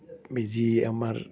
আমি যি আমাৰ